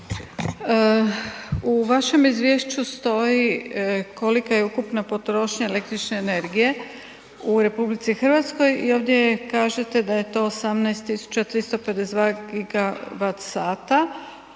U vašem izvješću stoji kolika je ukupna potrošnja električne energije u RH i ovdje kažete da je to 18.352 gigavat sata,